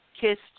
kissed